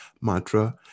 mantra